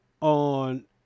on